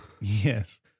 Yes